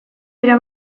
dira